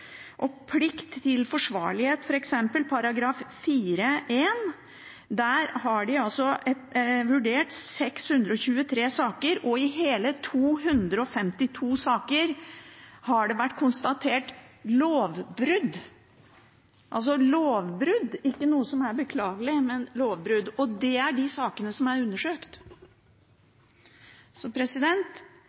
plikt til forsvarlighet, § 4-1, har de f.eks. vurdert 623 saker, og i hele 252 saker har det vært konstatert lovbrudd: altså lovbrudd – ikke noe som er beklagelig, men lovbrudd. Det er de sakene som er undersøkt.